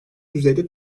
düzeyde